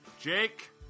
Jake